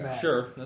sure